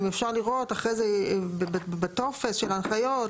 אם אפשר לראות, אחרי זה בטופס של ההנחיות.